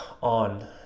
on